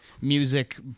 music